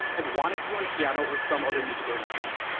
have wanted to learn piano or some other musical instrument?